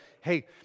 Hey